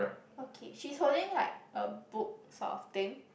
okay she is holding like a book sort of thing